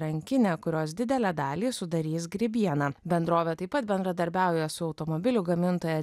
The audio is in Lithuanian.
rankinę kurios didelę dalį sudarys grybiena bendrovė taip pat bendradarbiauja su automobilių gamintoja